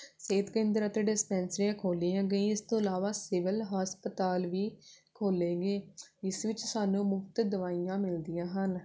ਸਿਹਤ ਕੇਂਦਰ ਅਤੇ ਡਿਸਪੈਂਸਰੀਆਂ ਖੋਲ੍ਹੀਆਂ ਗਈਆਂ ਇਸ ਤੋਂ ਇਲਾਵਾ ਸਿਵਲ ਹਸਪਤਾਲ ਵੀ ਖੋਲ੍ਹੇ ਗਏ ਇਸ ਵਿੱਚ ਸਾਨੂੰ ਮੁਫ਼ਤ ਦਵਾਈਆਂ ਮਿਲਦੀਆਂ ਹਨ